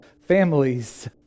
families